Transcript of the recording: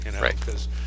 Right